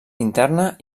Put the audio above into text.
interna